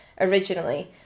originally